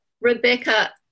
Rebecca